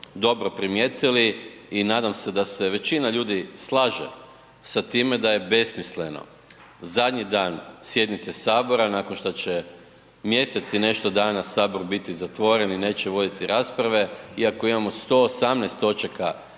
dobro primijetili i nadam se da se većina ljudi slaže sa time da je besmisleno zadnji dan sjednice Sabora nakon šta će mjesec i nešto dana Sabor biti zatvoren i neće voditi rasprave iako imamo 118 točaka